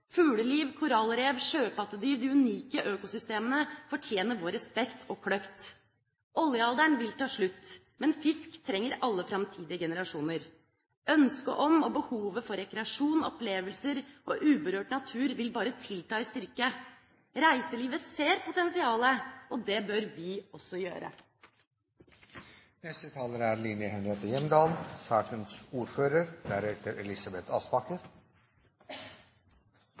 Fugleliv, korallrev, sjøpattedyr, de unike økosystemene fortjener vår respekt og kløkt. Oljealderen vil ta slutt, men fisk trenger alle framtidige generasjoner. Ønsket om og behovet for rekreasjon, opplevelser og uberørt natur vil bare tilta i styrke. Reiselivet ser potensialet, og det bør vi også